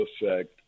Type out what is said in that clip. effect